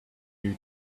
you